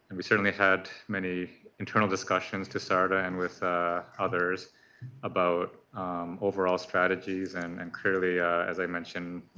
and we certainly had many internal discussions to sardaa and with others about overall strategies and and clearly as i mentioned